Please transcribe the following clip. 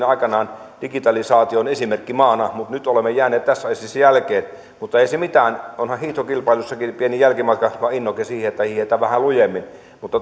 aikanaan digitalisaation esimerkkimaana niin nyt olemme jääneet tässä asiassa jälkeen mutta ei se mitään onhan hiihtokilpailuissakin pieni jälkimatka vain innoke siihen että hiihdetään vähän lujemmin